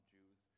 Jews